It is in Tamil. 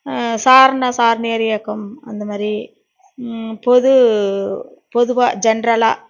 சாரண சாரணியர் இயக்கம் அந்தமாதிரி பொது பொதுவாக ஜென்ரலா